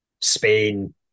Spain